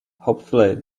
hopefully